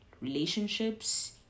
Relationships